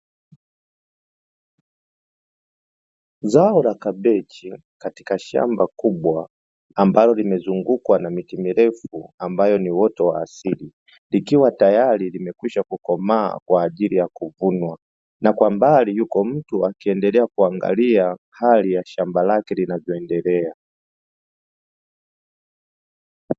Zao la kabeji katika shamba kubwa ambalo limezungukwa na miti mirefu ambayo ni uoto wa asili, ikiwa tayari limekwisha kukomaa kwa ajili ya kuvunwa. Na kwa mbali yuko mtu akiendelea kuangalia hali ya shamba lake linavyoendelea.